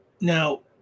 Now